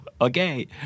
okay